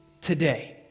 today